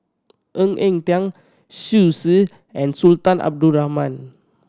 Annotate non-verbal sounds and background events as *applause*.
Ng Eng Teng *unintelligible* and Sultan Abdul Rahman